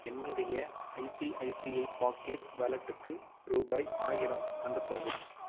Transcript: என்னுடைய ICICI pockets வாலெட்டுக்கு ரூபாய் ஆயிரம் அனுப்பவும்